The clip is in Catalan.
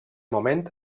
moment